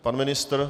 Pan ministr?